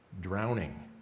drowning